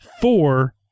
four